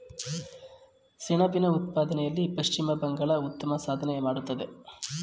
ಸೆಣಬಿನ ಉತ್ಪಾದನೆಯಲ್ಲಿ ಪಶ್ಚಿಮ ಬಂಗಾಳ ಉತ್ತಮ ಸಾಧನೆ ಮಾಡತ್ತದೆ